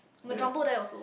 on the Jumbo there also